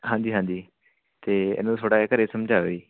ਹਾਂਜੀ ਹਾਂਜੀ ਅਤੇ ਇਹਨੂੰ ਥੋੜ੍ਹਾ ਜਿਹਾ ਘਰ ਸਮਝਾਓ ਜੀ